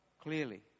clearly